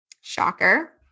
Shocker